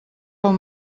pel